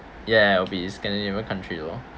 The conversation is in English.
ya it'll be scandinavian country lor